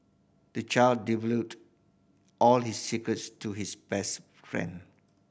the child divulged all his secrets to his best friend